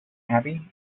abbey